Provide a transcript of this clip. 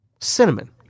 Cinnamon